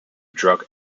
drug